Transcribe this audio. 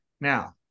Now